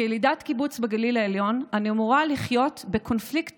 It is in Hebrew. כילידת קיבוץ בגליל העליון אני אמורה לחיות בקונפליקט